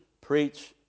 preach